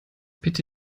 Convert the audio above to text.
bitte